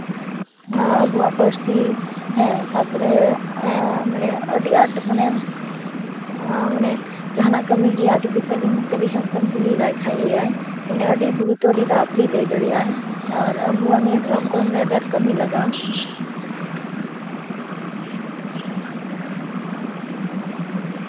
ᱟᱵᱚᱣᱟᱜ ᱯᱟᱹᱨᱥᱤ ᱦᱮᱸ ᱛᱟᱨᱯᱚᱨᱮ ᱢᱟᱱᱮ ᱟᱹᱰᱤ ᱟᱸᱴ ᱢᱟᱱᱮ ᱢᱟᱱᱮ ᱡᱟᱦᱟᱱᱟᱜ ᱠᱟᱹᱢᱤ ᱜᱮ ᱟᱨᱴᱤᱯᱷᱤᱥᱤᱭᱟᱞ ᱤᱱᱴᱮᱞᱤᱡᱮᱱᱥ ᱠᱩᱞᱤ ᱞᱟᱭ ᱠᱷᱟᱡ ᱮ ᱟᱭ ᱚᱱᱮ ᱟᱹᱰᱤ ᱫᱨᱩᱛᱚ ᱟᱹᱰᱤ ᱛᱟᱲᱟᱼᱛᱟᱲᱤᱭ ᱞᱟᱹᱭ ᱫᱟᱲᱮᱭᱟᱜᱼᱟᱭ ᱟᱨ ᱟᱵᱚᱣᱟᱜ ᱱᱤᱭᱟᱹ ᱫᱷᱚᱨᱚᱢᱼᱠᱚᱨᱚᱢ ᱨᱮ ᱟᱹᱰᱤ ᱟᱸᱴ ᱠᱟᱹᱢᱤ ᱨᱮ ᱞᱟᱜᱟᱜᱼᱟ